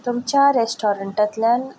तुमच्या रेस्टोरंटांतल्यान